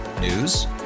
News